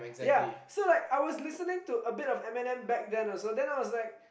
ya so like I was listening to a bit of Eminem back then also then I was like